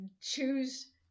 choose